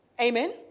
Amen